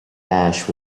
ash